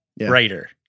writer